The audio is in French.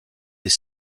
des